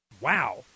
wow